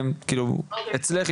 אצלך,